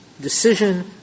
decision